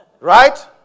Right